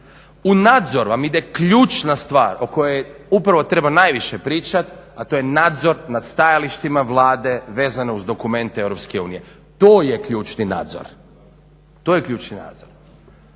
U nadzor vam ide ključna stvar o kojoj upravo treba najviše pričati, a to je nadzor nad stajalištima Vlade vezano uz dokumente EU. To je ključni nadzor. To je ključni nadzor.